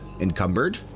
encumbered